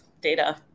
data